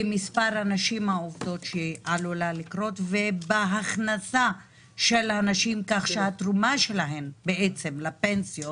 את מספר הנשים העובדות ואת ההכנסה של הנשים כך שהתרומה שלהן לפנסיות